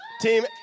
Team